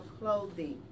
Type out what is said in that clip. clothing